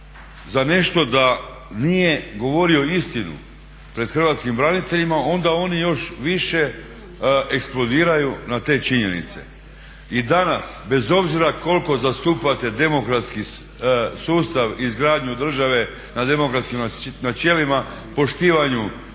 za nešto da nije govorio istinu pred hrvatskim braniteljima onda oni još više eksplodiraju na te činjenice. I danas bez obzira koliko zastupate demokratski sustav, izgradnju države na demokratskim načelima, poštivanju